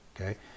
Okay